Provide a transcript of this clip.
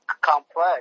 complex